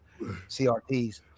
CRTs